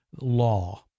law